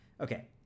Okay